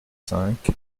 cinq